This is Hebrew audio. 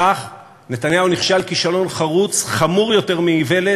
בכך, נתניהו נכשל כישלון חרוץ, חמור יותר מאיוולת,